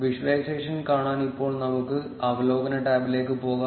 visualisation കാണാൻ ഇപ്പോൾ നമുക്ക് അവലോകന ടാബിലേക്ക് പോകാം